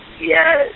Yes